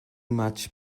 much